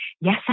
yes